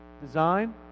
Design